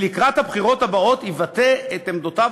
שלקראת הבחירות הבאות יבטא את עמדותיו